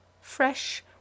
Fresh